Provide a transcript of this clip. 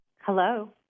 Hello